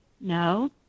No